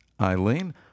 Eileen